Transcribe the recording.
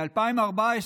ב-2014,